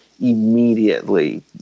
immediately